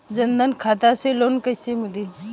जन धन खाता से लोन कैसे मिली?